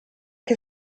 che